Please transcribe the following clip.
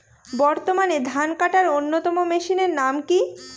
বর্তমানে ধান কাটার অন্যতম মেশিনের নাম কি?